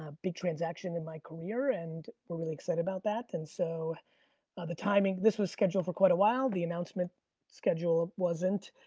ah big transaction in my career and we're really excited about that and so the timing, this was scheduled for quite a while, the announcement schedule ah